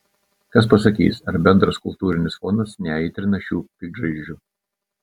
kas pasakys ar bendras kultūrinis fonas neaitrina šių piktžaizdžių